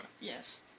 Yes